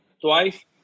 twice